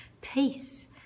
peace